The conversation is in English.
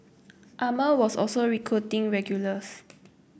Armour was also recruiting regulars